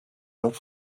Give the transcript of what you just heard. not